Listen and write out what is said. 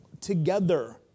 together